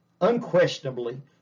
unquestionably